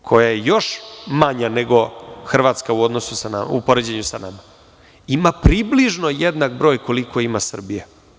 Slovenija koja je još manja nego Hrvatska u poređenju sa nama ima približno jednak broj koliko ima Srbija.